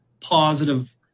positive